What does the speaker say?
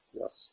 yes